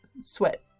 sweat